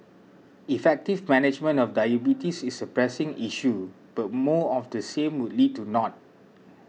effective management of diabetes is a pressing issue but more of the same would lead to naught